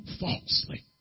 falsely